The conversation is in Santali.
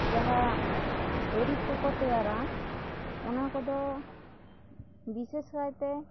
ᱡᱟᱦᱟᱸ ᱫᱩᱨᱤᱵᱽ ᱠᱚᱠᱚ ᱛᱮᱭᱟᱨᱟ ᱚᱱᱟ ᱠᱚᱫᱚ ᱵᱤᱥᱮᱥᱠᱟᱭ ᱛᱮ